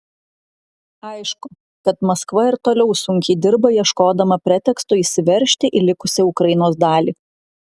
aišku kad maskva ir toliau sunkiai dirba ieškodama preteksto įsiveržti į likusią ukrainos dalį